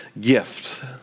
gift